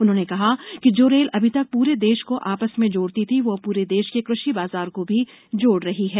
उन्होंने कहा कि जो रेल अभी तक पूरे देश को आपस में जोड़ती थी वो अब पूरे देश के कृषि बाजार को भी जोड़ रही है